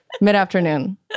mid-afternoon